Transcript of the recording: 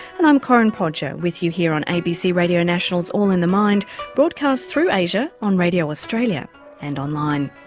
and i'm corinne podger with you here on abc radio national's all in the mind broadcast through asia on radio australia and online.